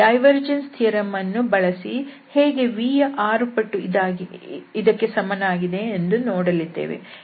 divergence theorem ಅನ್ನು ಬಳಸಿ ಹೇಗೆ V ಯ 6 ಪಟ್ಟು ಇದಕ್ಕೆ ಸಮನಾಗಿದೆ ಎಂದು ನೋಡಲಿದ್ದೇವೆ